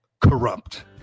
corrupt